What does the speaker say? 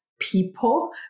people